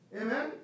Amen